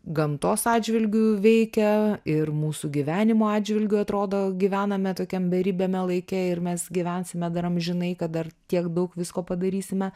gamtos atžvilgiu veikia ir mūsų gyvenimo atžvilgiu atrodo gyvename tokiam beribiame laike ir mes gyvensime dar amžinai kad dar tiek daug visko padarysime